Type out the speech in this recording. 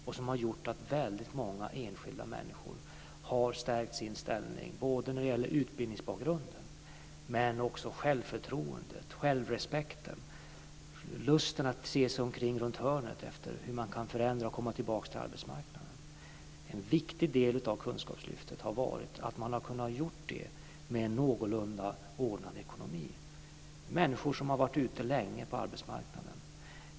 Det har gjort att många enskilda människor har stärkt sin ställning både när det gäller utbildningsbakgrunden men också när det gäller självförtroendet, självrespekten och lusten att se sig omkring runt hörnet efter hur man kan förändra och komma tillbaka till arbetsmarknaden. En viktig del av kunskapslyftet har varit att man har kunnat göra det med någorlunda ordnad ekonomi. Det gäller människor som har varit ute länge på arbetsmarknaden.